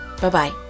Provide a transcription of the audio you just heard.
Bye-bye